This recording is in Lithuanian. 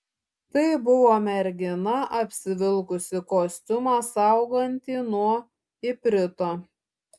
tai buvo mergina apsivilkusi kostiumą saugantį nuo iprito